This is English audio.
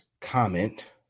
comment